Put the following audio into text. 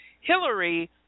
Hillary